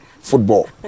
football